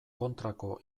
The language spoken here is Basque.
kontrako